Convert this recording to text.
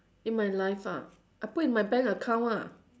in my life ah I put in my bank account ah